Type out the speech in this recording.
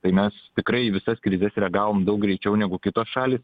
tai mes tikrai į visas kreives reagavom daug greičiau negu kitos šalys